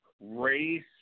race